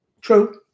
True